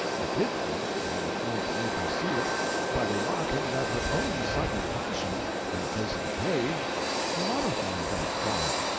i did think i was going to make her see it by remarking that her own sudden passion in the case of the page modified that crime.